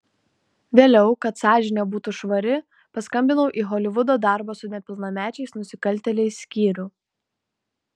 vėliau kad sąžinė būtų švari paskambinau į holivudo darbo su nepilnamečiais nusikaltėliais skyrių